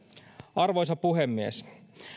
arvoisa puhemies